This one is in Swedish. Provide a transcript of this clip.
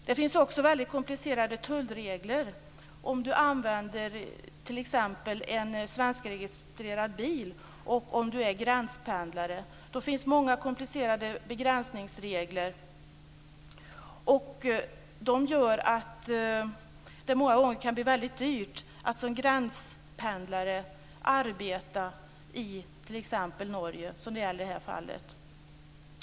Det finns också väldigt komplicerade tullregler. Om du t.ex. använder en svenskregistrerad bil och är gränspendlare finns många komplicerade begränsningsregler. De gör att det många gånger kan bli väldigt dyrt att som gränspendlare arbeta i t.ex. Norge, som det gäller i det här fallet.